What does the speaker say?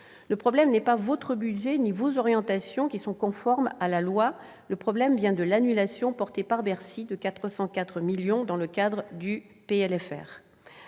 le problème n'est pas votre budget ou vos orientations, lesquelles sont conformes à la loi. Le problème vient de l'annulation, imposée par Bercy, de 404 millions d'euros dans le cadre du